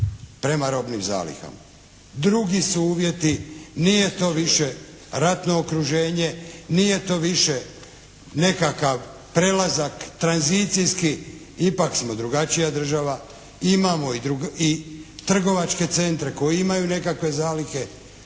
Drugi su uvjeti, nije to više ratno okruženje, nije to više nekakav prelazak tranzicijski, ipak smo drugačija država i imamo i trgovačke centre koji imaju nekakve zalihe